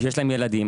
ויש להם ילדים.